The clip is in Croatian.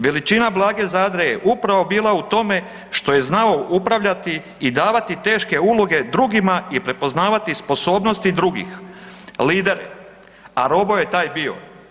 Veličina Blage Zadre je upravo bila u tome što je znao upravljati i davati teške uloge drugima i prepoznavati sposobnosti drugih, lideri, a Robo je taj bio.